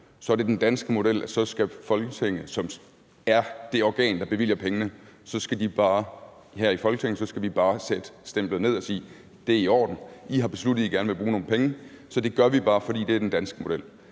en aftale, så skal vi her i Folketinget, som er det organ, der bevilger pengene, bare sætte stemplet ned og sige: Det er i orden, I har besluttet, at I gerne vil bruge nogle penge, så det gør vi bare, fordi det er den danske model.